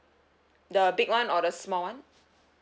the big [one] or the small [one]